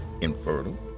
infertile